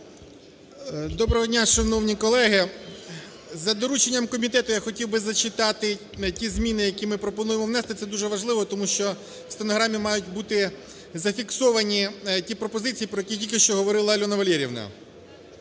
Доброго дня, шановні колеги. За дорученням комітету я хотів би зачитати ті зміни, які ми пропонуємо внести. Це дуже важливо, тому що в стенограмі мають бути зафіксовані ті пропозиції, про які тільки що говорила Альона Валеріївна.